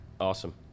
awesome